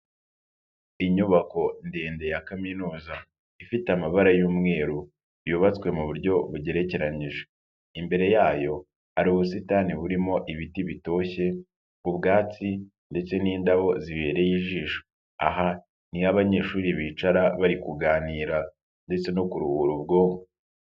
Inyubako ndende ya kaminuza ifite amabara y'umweru yubatswe mu buryo bugerekeranije, imbere yayo hari ubusitani burimo ibiti bitoshye, ubwatsi, ndetse n'indabo zibereye ijisho. Aha niho abanyeshuri bicara bari kuganira ndetse no kuruhura ubwo.